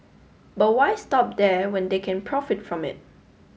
but why stop there when they can profit from it